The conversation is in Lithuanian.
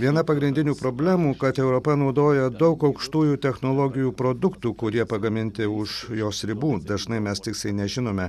viena pagrindinių problemų kad europa naudoja daug aukštųjų technologijų produktų kurie pagaminti už jos ribų dažnai mes tiksliai nežinome